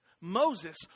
Moses